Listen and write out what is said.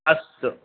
अस्तु